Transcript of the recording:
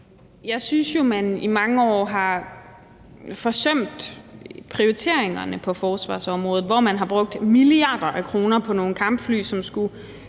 Jeg synes jo, at man i mange år har forsømt prioriteringerne på forsvarsområdet, hvor man har brugt milliarder af kroner på nogle kampfly, som skulle